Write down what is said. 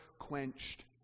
quenched